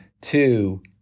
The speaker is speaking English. two